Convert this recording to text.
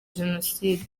jenoside